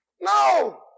No